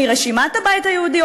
מרשימת הבית היהודי,